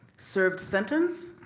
served sentence?